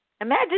Imagine